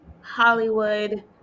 Hollywood